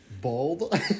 bald